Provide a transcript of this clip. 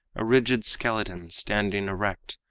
a rigid skeleton, standing erect,